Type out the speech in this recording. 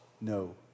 no